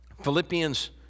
Philippians